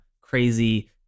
crazy